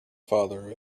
father